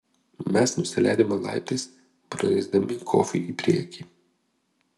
mes nusileidome laiptais praleisdami kofį į priekį